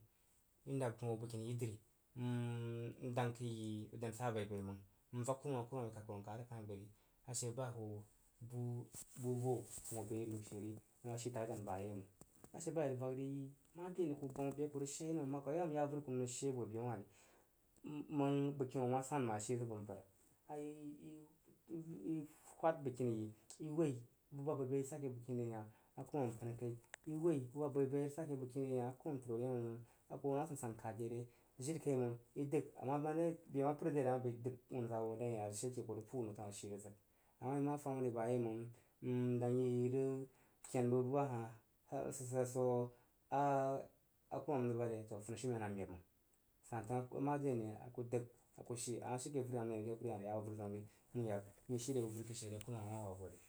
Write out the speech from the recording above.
I nadak hoo bəgkini yi dri m dang fəri yi idan sa abaibai məng n vak kurumam a kuruman kah ta baiyi a she ba ho bu bu vo n hoo kun re nəu sheri a shi taghi dan ba yei məng. A she ba i vak ri, mare mpər kurn ku bəg be a ku rig sheyei nan are angwa bəgri ku hoo bəg she abo be wah ri məng bəgkini wu ma san məng a shi zig bəg mpər? A i i whad balgkini yi ú woí bu ba bai bai a iris ja’ake bəgkini yi ri hah a kurumam təd hoo yem non-non. A ku hoo na ajansan tag ye re jiri kai məng i dəg abande be ma l’ər de rig ama bəi dəg wunza’a wu a dang yi a rig she ke kurig pu’u wu nəu tanu ashirig zig a ma i ma fam ti bayei məng n dang yi irig ken bəg bu ba hah har sid sid swo a kwunam rig bad ye toh funishiumen hah meb məngi san tən mare ane a ku dəg a ku she a ma she ke vuri hah məng mpəm ye ya avuri zəun ri i she nən i vak kurumam a kurumam hwa yi voyei.